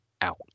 out